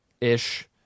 ish